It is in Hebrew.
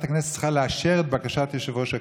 הכנסת צריכה לאשר את בקשת יושב-ראש הכנסת,